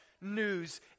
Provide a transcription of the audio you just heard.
news